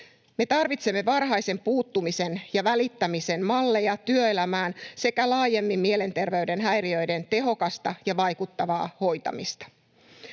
Me tarvitsemme varhaisen puuttumisen ja välittämisen malleja työelämään sekä laajemmin mielenterveyden häiriöiden tehokasta ja vaikuttavaa hoitamista.